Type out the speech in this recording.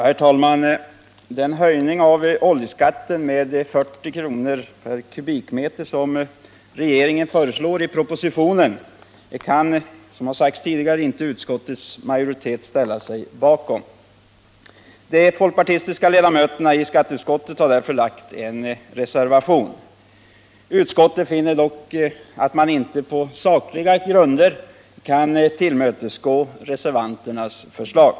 Herr talman! Den höjning av oljeskatten med 40 kr, per m? som regeringen föreslår i propositionen kan, som det tidigare har sagts, utskottets majoritet inte ställa sig bakom. De folkpartistiska ledamöterna i skatteutskottet har därför fogat en reservation till betänkandet. Utskottet finner att man på | sakliga grunder inte kan tillmötesgå reservanternas förslag.